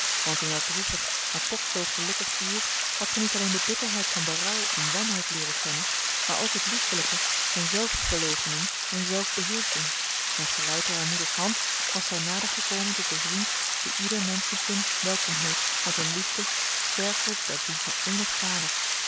want in dat droevig maar toch zoo gelukkig uur had ze niet alleen de bitterheid van berouw en wanhoop leeren kennen maar ook het liefelijke van zelfverloochening en zelfbeheersching en geleid door haar moeders hand was zij nader gekomen tot den vriend die ieder menschenkind welkom heet met een liefde sterker dan die van eenig vader